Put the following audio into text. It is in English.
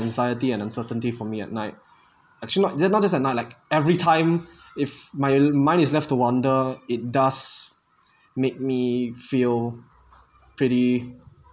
anxiety and uncertainty for me at night actually not just at night like every time if my mind is left to wander it does make me feel pretty